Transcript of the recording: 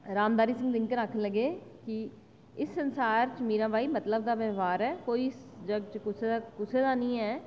रामधारी सिंह दिनकर आक्खन लगे कि इस संसार च मेरा भाई मतलब दा बपार ऐ जग कुसै दा बी नेईं ऐ